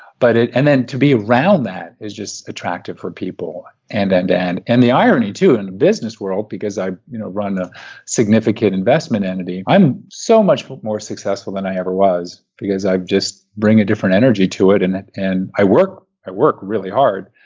but and then to be around that is just attractive for people. and and and and the irony, too, in the business world because i you know run a significant investment entity, i'm so much more successful than i ever was because i just bring a different energy to it and and i work i work really hard,